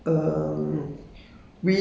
salsa ah salsa